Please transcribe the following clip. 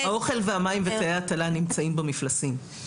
האוכל והמים ותאי הטלה נמצאים במפלסים.